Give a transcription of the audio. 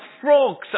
frogs